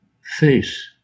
face